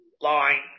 line